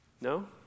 No